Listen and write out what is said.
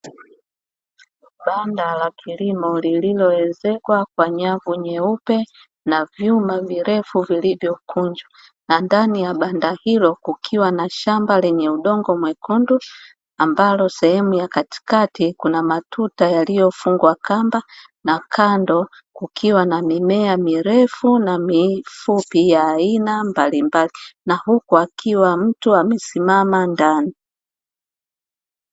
Banda la kilimo lililoezekwa kwa nyavu nyeupe na vyuma virefu vilivyokunjwa, na ndani ya Banda hilo kukiwa na shamba lenye udongo mwekundu ambalo sehemu ya katikati kuna matuta yaliyofungwa kamba na kando kukiwa na mimea mirefu na mifupi ya aina mbalimbali, na huku akiwa mtu amesimama ndani.